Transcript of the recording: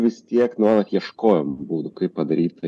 vis tiek nuolat ieškojom būdų kaip padaryt tai